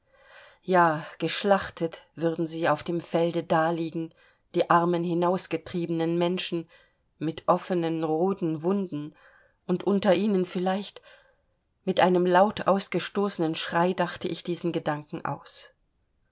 ja geschlachtet würden sie auf dem felde daliegen die armen hinausgetriebenen menschen mit offenen roten wunden und unter ihnen vielleicht mit einem laut ausgestoßenen schrei dachte ich diesen gedanken aus